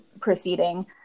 proceeding